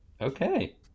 Okay